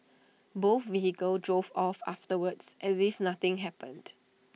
both vehicles drove off afterwards as if nothing happened